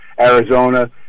Arizona